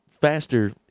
faster